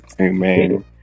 Amen